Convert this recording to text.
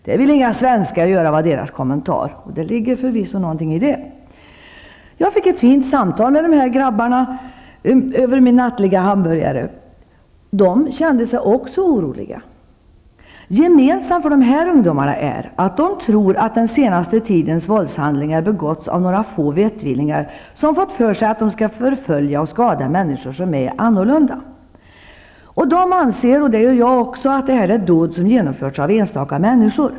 Det vill inga svenskar göra, var deras kommentar, och det ligger förvisso någonting i det. Jag fick ett fint samtal med de här grabbarna över min nattliga hamburgare. -- De kände sig också oroliga. Gemensamt för de här ungdomarna är att de tror att den senaste tidens våldshandlingar begåtts av några få vettvillingar som fått för sig att de skall förfölja och skada människor som är annorlunda. De anser -- och det gör jag också att detta är dåd som genomförts av enstaka människor.